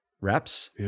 reps